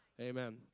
Amen